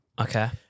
Okay